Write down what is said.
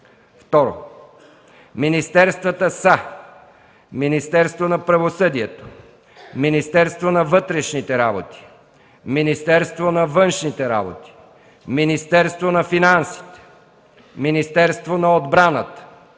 2. Министерствата са: - Министерство на правосъдието; - Министерство на вътрешните работи; - Министерство на външните работи; - Министерство на финансите; - Министерство на отбраната;